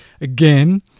again